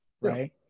right